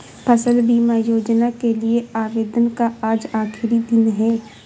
फसल बीमा योजना के लिए आवेदन का आज आखरी दिन है